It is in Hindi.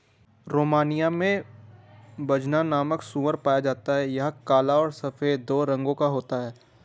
रोमानिया में बजना नामक सूअर पाया जाता है यह काला और सफेद दो रंगो का होता है